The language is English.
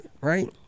right